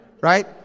Right